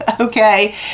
okay